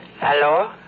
Hello